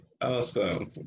Awesome